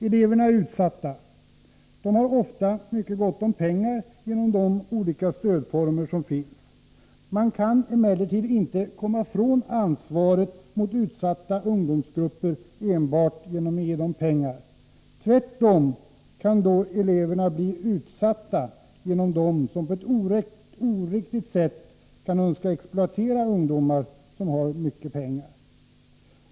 Eleverna är utsatta. De har ofta mycket gott om pengar genom de olika stödformer som finns. Man kan emellertid inte komma ifrån ansvaret för utsatta ungdomsgrupper enbart genom att ge dem pengar. Tvärtom kan eleverna då bli utsatta genom dem som på ett oriktigt sätt önskar exploatera ungdomar som har mycket pengar.